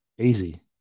easy